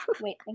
Wait